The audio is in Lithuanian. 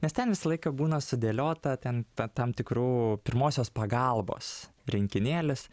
nes ten visą laiką būna sudėliota ten ta tam tikrų pirmosios pagalbos rinkinėlis